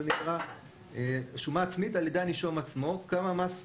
0-0. זאת שומה על-ידי הנישום עצמו כמה מס,